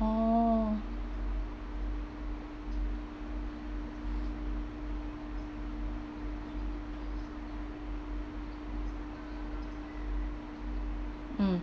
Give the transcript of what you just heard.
oh mm